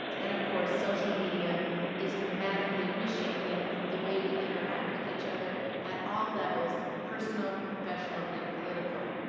and of course, social media is dramatically reshaping the way we interact with each other at all levels. personal, professional and political.